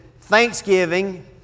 thanksgiving